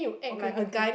okay okay okay